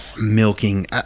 milking